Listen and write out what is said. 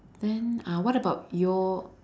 then uh what about your